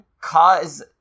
cause